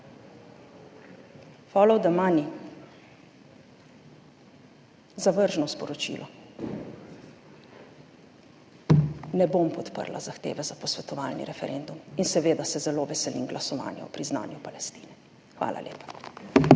Follow the money, zavržno sporočilo. Ne bom podprla zahteve za posvetovalni referendum in seveda se zelo veselim glasovanja o priznanju Palestine. Hvala lepa.